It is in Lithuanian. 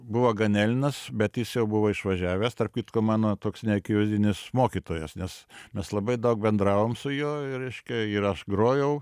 buvo ganelinas bet jis jau buvo išvažiavęs tarp kitko mano toks neakivaizdinis mokytojas nes mes labai daug bendravom su juo reiškia ir aš grojau